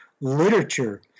literature